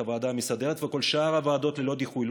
הוועדה המסדרת ואת כל שאר הוועדות ללא דיחוי,